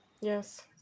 Yes